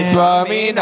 Swami